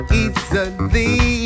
easily